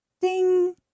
Ding